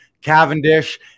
Cavendish